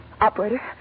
Operator